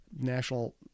National